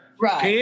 Right